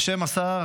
בשם השר,